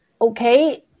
okay